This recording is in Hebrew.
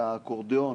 "האקורדיון".